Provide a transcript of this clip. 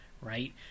right